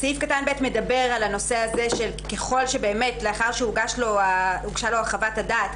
סעיף (ב) מדבר על כך שככל שבאמת לאחר שהוגשה לו חוות הדעת,